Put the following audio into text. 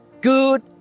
good